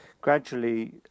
gradually